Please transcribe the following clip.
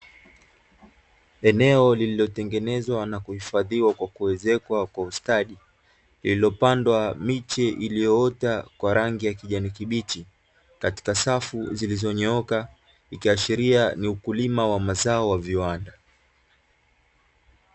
Eneo lililotengenezwa na kuhifadhiwa kwa kuezekwa kwa ustadi, lililopandwa miche iliyoota kwa rangi ya kijani kibichi, katika safu zilizo nyooka, ikiashiria ni ukulima wa mazao ya viwanda.